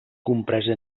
compresa